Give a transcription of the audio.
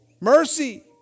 Mercy